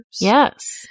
yes